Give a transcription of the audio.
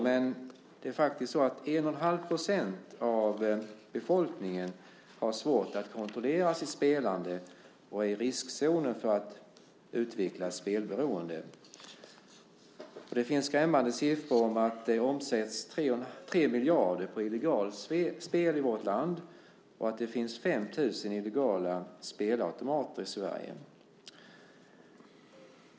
Men 1 1⁄2 % av befolkningen har svårt att kontrollera sitt spelande och är i riskzonen för att utveckla spelberoende. Det finns skrämmande siffror om att det omsätts 3 miljarder på illegalt spel i vårt land och att det finns 5 000 illegala spelautomater i Sverige.